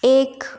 एक